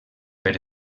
per